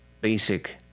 basic